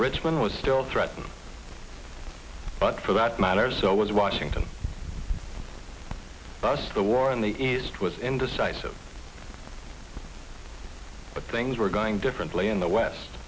richmond was still threatened but for that matter so was washington thus the war in the east was indecisive but things were going differently in the west